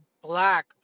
black